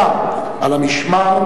אי-אפשר לעשות כניסה משם.